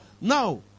Now